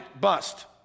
bust